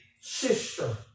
sister